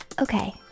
Okay